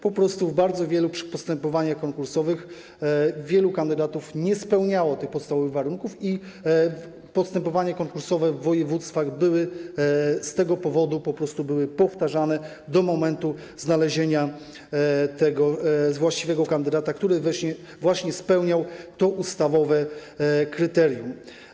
Po prostu w bardzo wielu postępowaniach konkursowych wielu kandydatów nie spełniało tych podstawowych warunków i postępowania konkursowe w województwach były z tego powodu powtarzane do momentu znalezienia właściwego kandydata, który spełniał to ustawowe kryterium.